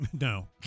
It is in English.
No